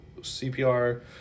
CPR